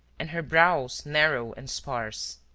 and her brows narrow and sparse.